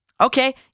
Okay